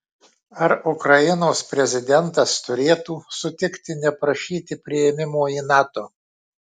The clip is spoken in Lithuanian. ar ukrainos prezidentas turėtų sutikti neprašyti priėmimo į nato